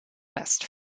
west